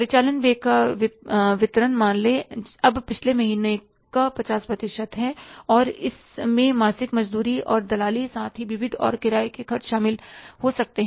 परिचालन व्यय का वितरण मान ले अब पिछले महीनों का 50 प्रतिशत है और इसमें मासिक मजदूरी और दलाली साथ ही विविध और किराए के खर्च शामिल हो सकते हैं